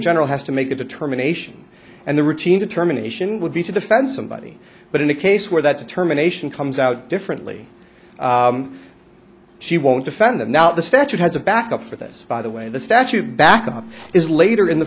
general has to make a determination and the routine determination would be to defend somebody but in a case where that determination comes out differently she won't defend it now the statute has a back up for this by the way the statute back up is later in the